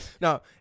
No